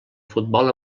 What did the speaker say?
futbol